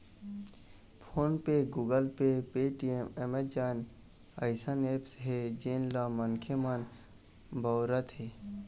phone पे, Google Pay, Paytm, Amazon अइसन ऐप्स हे जेन ल मनखे मन बउरत हें